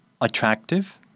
attractive